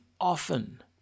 often